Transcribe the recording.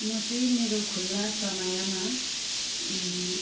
म चाहिँ मेरो खुल्ला समयमा